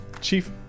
chief